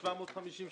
פה שמענו 750 שקל.